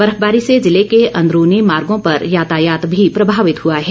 बर्फबारी से जिले के अंदरूनी मार्गो पर यातायात भी प्रभावित हआ है